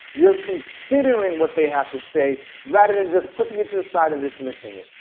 you're considering what they have to say, rather than just pushing it to the side and dismissing it.